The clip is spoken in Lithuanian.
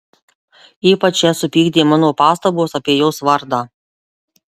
ypač ją supykdė mano pastabos apie jos vardą